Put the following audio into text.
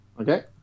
Okay